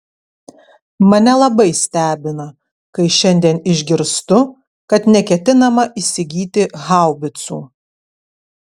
mane labai stebina kai šiandien išgirstu kad neketinama įsigyti haubicų